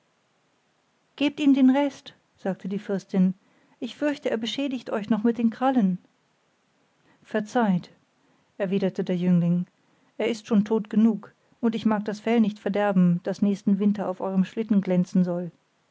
gebt ihm den rest sagte die fürstin ich fürchte er beschädigt euch noch mit den krallen verzeiht erwiderte der jüngling er ist schon tot genug und ich mag das fell nicht verderben das nächsten winter auf eurem schlitten glänzen soll